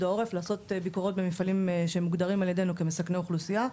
העורף לעשות ביקורות במפעלים שמוגדרים על ידינו כמסכני אוכלוסייה,